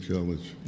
College